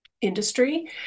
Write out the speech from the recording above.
industry